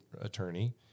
attorney